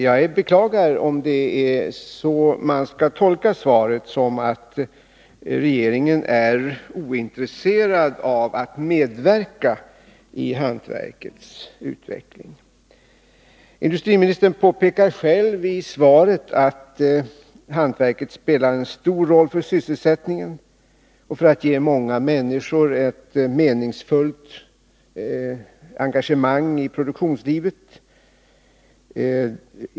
Jag beklagar om det är så man skall tolka svaret, att regeringen är ointresserad av att medverka i hantverkets utveckling. Industriministern påpekar själv i svaret att hantverket spelar en stor roll för sysselsättningen och för att ge många människor ett meningsfullt engagemang i produktionslivet.